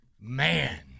Man